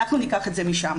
אנחנו ניקח את זה משם.